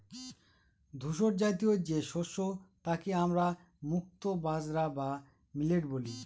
ধূসরজাতীয় যে শস্য তাকে আমরা মুক্তো বাজরা বা মিলেট বলি